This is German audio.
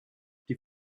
die